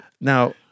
Now